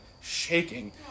shaking